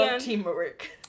teamwork